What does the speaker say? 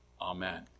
Amen